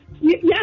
yes